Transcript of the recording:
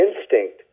instinct